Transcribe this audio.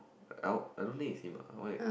I don't I don't think it's him ah why